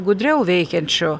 gudriau veikiančių